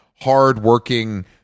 hardworking